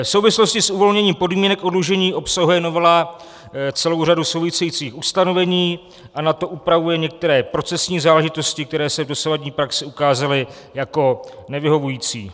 V souvislosti s uvolněním podmínek oddlužení obsahuje novela celou řadu souvisejících ustanovení a na to upravuje některé procesní záležitosti, které se v dosavadní praxi ukázaly jako nevyhovující.